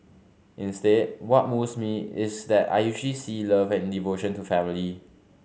instead what moves me is that I usually see love and devotion to family